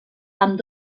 amb